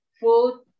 food